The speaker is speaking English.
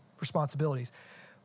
responsibilities